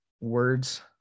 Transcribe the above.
words